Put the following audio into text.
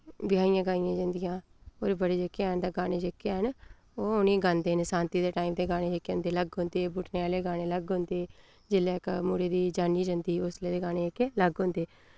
ब्याहियां गाईयां जंदियां और बड़े जेह्के हैन तां गाने जेह्के हैन ओह उ'नें गांदे न सांति दे टाइम दे गाने जेह्के होंदे लग्ग होंदे बुटने आह्ले गाने लग्ग होंदे जिसलै मुड़े दी जान्नी जंदी उसले दे गाने जेह्के लग्ग होंदे